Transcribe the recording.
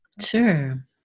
sure